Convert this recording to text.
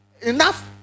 enough